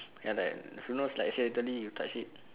ya like who knows like accidentally you touch it